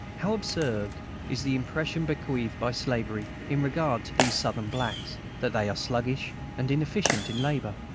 how absurd is the impression bequeathed by slavery in regard to these southern blacks, that they are sluggish and inefficient in labor!